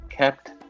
kept